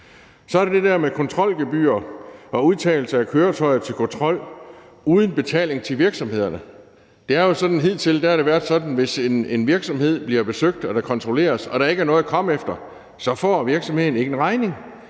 Så er der det der med kontrolgebyrer og udtagelse af køretøjer til kontrol uden betaling til virksomhederne. Hidtil har det jo været sådan, at hvis en virksomhed blev besøgt og der blev kontrolleret og der ikke var noget at komme efter, så fik virksomheden ikke en regning.